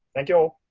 thank you all.